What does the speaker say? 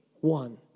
one